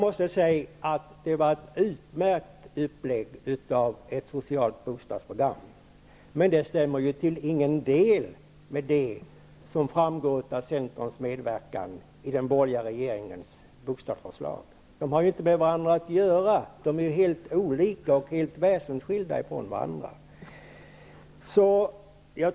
Det var ett utmärkt upplägg av ett socialt bostadsprogram, men det stämmer ju inte till någon del med det som framgår av Centerns medverkan i den borgerliga regeringens bostadsförslag. De har ju inte med varandra att göra. De är helt olika och helt väsensskilda ifrån varandra.